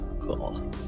Cool